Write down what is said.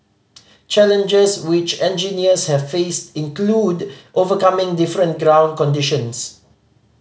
challenges which engineers have faced include overcoming different ground conditions